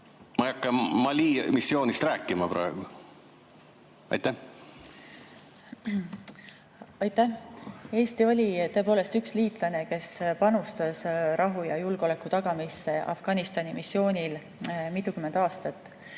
ei hakka Mali missioonist rääkima praegu. Aitäh! Eesti oli tõepoolest üks liitlane, kes panustas rahu ja julgeoleku tagamisse Afganistani missioonil mitukümmend aastat.